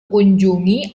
kunjungi